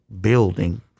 building